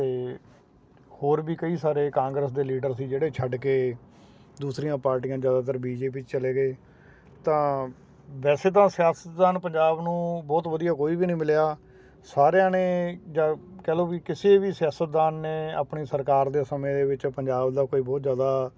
ਤੇ ਹੋਰ ਵੀ ਕਈ ਸਾਰੇ ਕਾਂਗਰਸ ਦੇ ਲੀਡਰ ਸੀ ਜਿਹੜੇ ਛੱਡ ਕੇ ਦੂਸਰੀਆਂ ਪਾਰਟੀਆਂ ਜਿਆਦਾਤਰ ਬੀ ਜੇ ਪੀ 'ਚ ਚਲੇ ਗਏ ਤਾਂ ਵੈਸੇ ਤਾਂ ਸਿਆਸਤਦਾਨ ਪੰਜਾਬ ਨੂੰ ਬਹੁਤ ਵਧੀਆ ਕੋਈ ਵੀ ਨਹੀਂ ਮਿਲਿਆ ਸਾਰਿਆਂ ਨੇ ਜਾਂ ਕਹਿ ਲਓ ਵੀ ਕਿਸੇ ਵੀ ਸਿਆਸਤਦਾਨ ਨੇ ਆਪਣੀ ਸਰਕਾਰ ਦੇ ਸਮੇਂ ਦੇ ਵਿੱਚ ਪੰਜਾਬ ਦਾ ਕੋਈ ਬਹੁਤ ਜਿਆਦਾ